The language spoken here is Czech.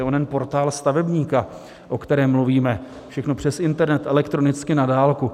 To je onen Portál stavebníka, o kterém mluvíme, všechno přes internet, elektronicky, na dálku.